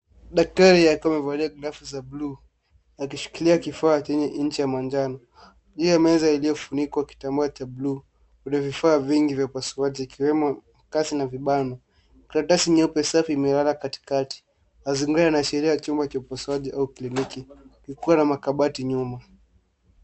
Daktari akiwa amevalia glavu za bluu akishikilia kifaa chenye ncha ya manjano juu ya meza iliyofunikwa kitambaa cha bluu. Kuna vifaa vingi vya upasuaji vikiwemo makasi na vibana. Karatasi nyeupe safi imelala katikati. Mazingira inaashiria chumba cha upasuaji au kliniki kikiwa na makabati nyuma.